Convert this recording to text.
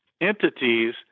entities